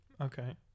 Okay